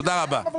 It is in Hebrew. תודה רבה.